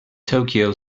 tokyo